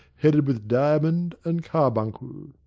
headed with diamond and carbuncle.